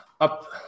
up